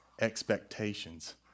expectations